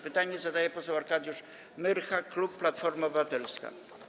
Pytanie zadaje poseł Arkadiusz Myrcha, klub Platforma Obywatelska.